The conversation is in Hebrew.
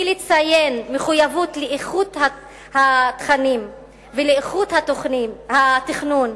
לציין מחויבות לאיכות התכנים ולאיכות התכנון,